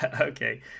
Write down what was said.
Okay